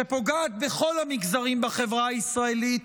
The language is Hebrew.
שפוגעת בכל המגזרים בחברה הישראלית,